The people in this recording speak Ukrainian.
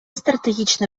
стратегічне